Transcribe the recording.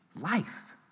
Life